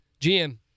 GM